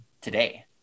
today